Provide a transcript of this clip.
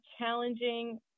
challenging